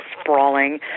sprawling